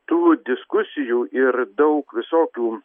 tų diskusijų ir daug visokių